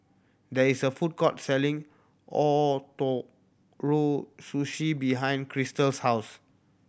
there is a food court selling Ootoro Sushi behind Krystal's house